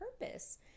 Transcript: purpose